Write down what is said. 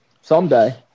someday